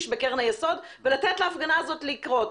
ברחוב קרן היסוד ולתת להפגנה הזאת לקרות.